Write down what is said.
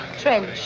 Trench